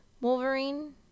Wolverine